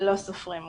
לא סופרים אותם.